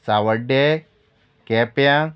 सावड्डे केप्यां